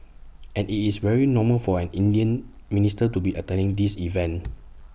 and IT is very normal for an Indian minister to be attending this event